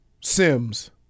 Sims